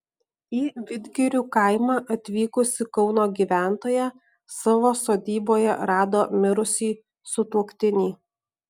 į vidgirių kaimą atvykusi kauno gyventoja savo sodyboje rado mirusį sutuoktinį